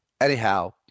anyhow